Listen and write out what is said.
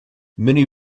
many